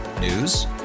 News